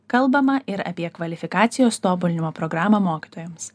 kalbama ir apie kvalifikacijos tobulinimo programą mokytojams